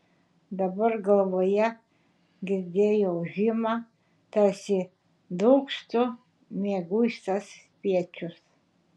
dabar galvoje girdėjo ūžimą tarsi dūgztų mieguistas spiečius